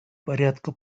порядка